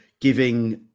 giving